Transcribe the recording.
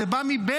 זה בא מבכי.